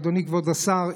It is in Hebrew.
אדוני כבוד השר,